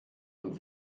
und